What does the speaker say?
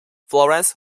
florence